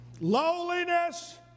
lowliness